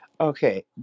Okay